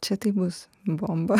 čia tai bus bomba